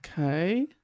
okay